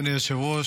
אדוני היושב-ראש,